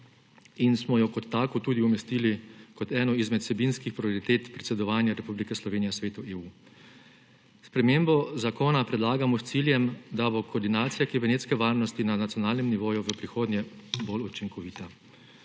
in smo jo kot tako tudi umestili kot eno izmed vsebinskih prioritet predsedovanja Republike Slovenije Svetu EU. Spremembo zakona predlagamo s ciljem, da bo koordinacija kibernetske varnosti na nacionalnem nivoju v prihodnje bolj učinkovita.